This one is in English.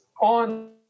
on